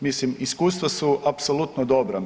Mislim iskustva su apsolutno dobra.